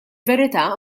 verità